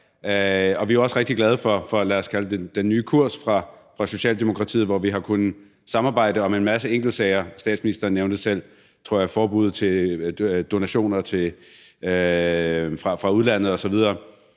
og vi er også rigtig glade for, lad os kalde det den nye kurs fra Socialdemokratiets side, hvor vi har kunnet samarbejde om en masse enkeltsager. Statsministeren nævnte selv, tror jeg, forbuddet mod donationer fra udlandet osv.